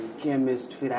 chemist